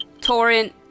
torrent